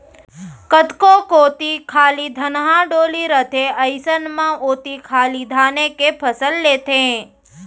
कतको कोती खाली धनहा डोली रथे अइसन म ओती खाली धाने के फसल लेथें